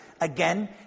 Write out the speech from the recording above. Again